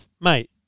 Mate